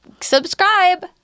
Subscribe